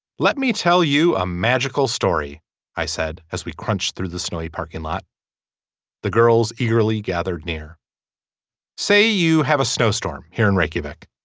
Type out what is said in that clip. let me tell you a magical story i said as we crunch through the snowy parking lot the girls eagerly gathered near say you have a snowstorm here in reykjavik.